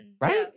Right